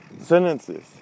sentences